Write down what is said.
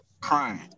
crying